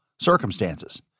Circumstances